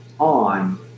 On